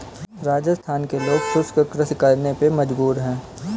राजस्थान के लोग शुष्क कृषि करने पे मजबूर हैं